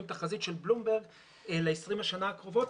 תחזית של בלומברג ל-20 השנים הקרובות.